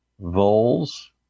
voles